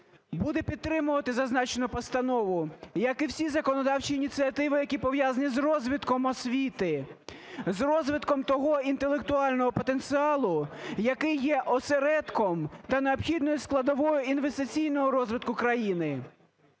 буде підтримувати зазначену постанову, як і всі законодавчі ініціативи, які пов'язані з розвитком освіти, з розвитком того інтелектуального потенціалу, який є осередком та необхідною складовою інвестиційного розвитку країни.